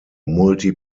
multi